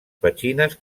petxines